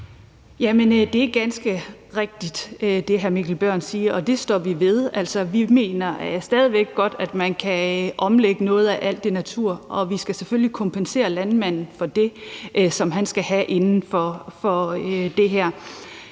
Det er ganske rigtigt, hvad hr. Mikkel Bjørn siger, og det står vi ved. Altså, vi mener stadig væk, at man godt kan omlægge noget af al den natur, og vi skal selvfølgelig kompensere landmanden for det, som han skal have inden for det her.